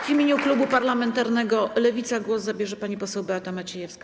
W imieniu klubu parlamentarnego Lewica głos zabierze pani poseł Beata Maciejewska.